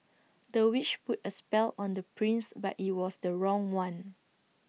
the witch put A spell on the prince but IT was the wrong one